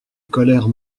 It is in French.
colère